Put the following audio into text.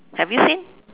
have you seen